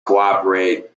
cooperate